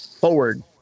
forward